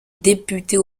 députée